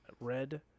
red